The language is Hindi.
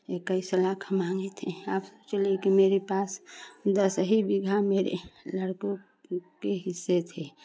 इक्कीस लाख माँगे थे आप सोचिए कि मेरे पास दस ही बीघा मेरे लड़कों के हिस्से थे